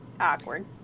Awkward